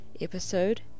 episode